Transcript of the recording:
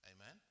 Amen